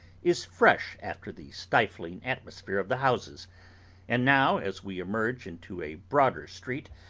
is fresh after the stifling atmosphere of the houses and now, as we emerge into a broader street,